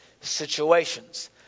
situations